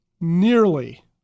nearly